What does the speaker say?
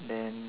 then